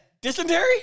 dysentery